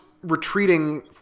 retreating